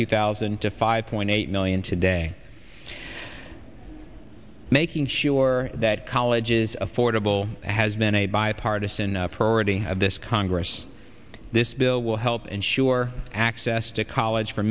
two thousand to five point eight million today making sure that college is affordable has been a bipartisan parody of this congress this bill will help ensure access to college for